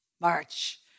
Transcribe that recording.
March